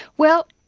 well,